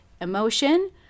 emotion